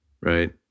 right